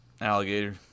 alligator